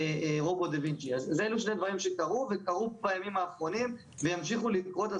אז אלו שני דברים שקרו וקרו בימים האחרונים וימשיכו לקרות,